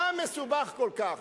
מה מסובך כל כך?